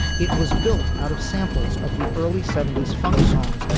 it was built out of samples of the early seventy s funk songs.